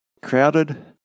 crowded